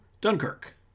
Dunkirk